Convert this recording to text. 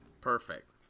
perfect